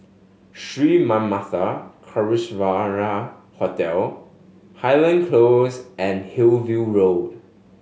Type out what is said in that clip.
Sri Manmatha Karuneshvarar Hotel Highland Close and Hillview Road